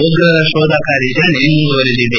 ಉಗ್ರರ ಶೋಧ ಕಾರ್ಯಾಚರಣೆ ಮುಂದುವರೆದಿದೆ